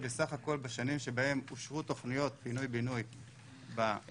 בסך הכול בשנים שבהן אושרו תוכניות פינוי-בינוי בוועדה,